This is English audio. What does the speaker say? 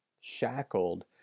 shackled